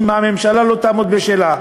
אם הממשלה לא תעמוד בשלה,